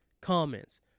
comments